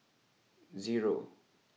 zero